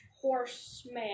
horseman